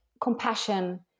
compassion